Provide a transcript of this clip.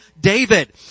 David